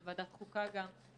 בוועדת חוקה גם,